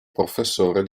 professore